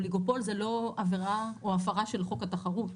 אוליגופול זה לא עבירה או הפרה של חוק התחרות,